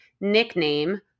nickname